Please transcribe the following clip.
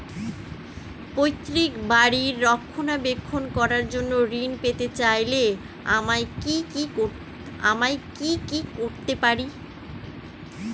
পৈত্রিক বাড়ির রক্ষণাবেক্ষণ করার জন্য ঋণ পেতে চাইলে আমায় কি কী করতে পারি?